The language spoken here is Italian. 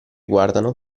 guardano